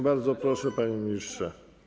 Bardzo proszę, panie ministrze.